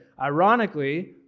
Ironically